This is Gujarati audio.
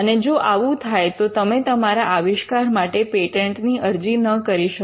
અને જો આવું થાય તો તમે તમારા આવિષ્કાર માટે પેટન્ટ ની અરજી ન કરી શકો